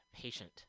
patient